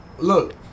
Look